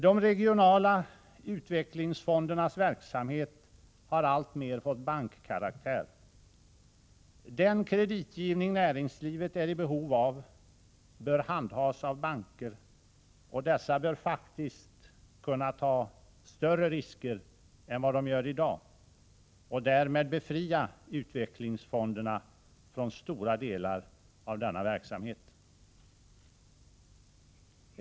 De regionala utvecklingsfondernas verksamhet har alltmer fått bankkaraktär. Den kreditgivning näringslivet är i behov av bör handhas av banker, och dessa bör faktiskt kunna ta större risker än vad de gör i dag och därmed befria utvecklingsfonderna från stora delar av denna verksamhet.